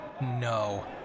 No